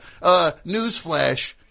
Newsflash